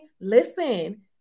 Listen